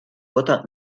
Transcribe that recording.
cota